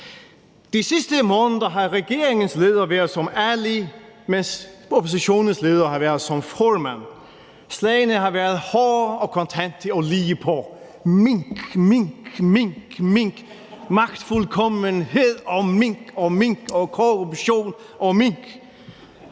de sidste måneder har regeringens leder været som Ali, mens oppositionens leder har været som Foreman. Slagene har været hårde og kontante og ligepå: mink, mink, mink, mink, magtfuldkommenhed og mink og mink og korruption og mink.